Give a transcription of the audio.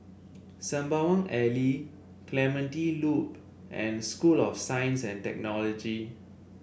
Sembawang Alley Clementi Loop and School of Science and Technology